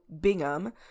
Bingham